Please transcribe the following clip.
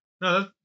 no